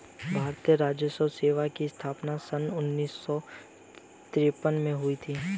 भारतीय राजस्व सेवा की स्थापना सन उन्नीस सौ तिरपन में हुई थी